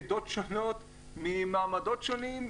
מעדות שונות, ממעמדות שונים,